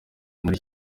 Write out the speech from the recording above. muri